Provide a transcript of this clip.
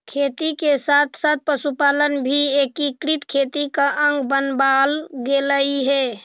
खेती के साथ साथ पशुपालन भी एकीकृत खेती का अंग बनवाल गेलइ हे